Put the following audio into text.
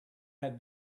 had